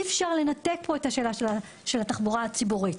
אי אפשר לנתק פה את השאלה של התחבורה הציבורית.